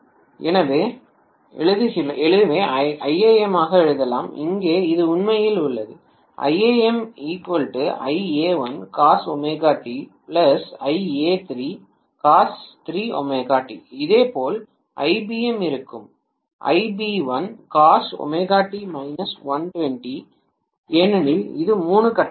எனவே எழுதுகிறேன் iam இங்கே இது உண்மையில் உள்ளது இதேபோல் ibm இருக்கும் ஏனெனில் அது 3 கட்டமாகும்